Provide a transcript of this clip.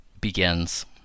begins